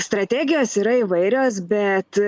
strategijos yra įvairios bet